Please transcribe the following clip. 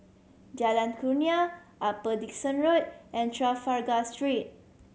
Jalan Kurnia Upper Dickson Road and Trafalgar Street